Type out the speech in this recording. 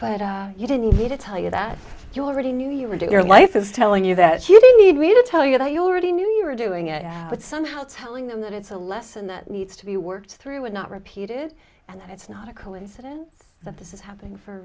but you didn't need to tell you that you already knew you were doing your life is telling you that you didn't need me to tell you that you already knew you were doing it but somehow telling them that it's a lesson that needs to be worked through would not repeated and it's not a coincidence that this is happening for a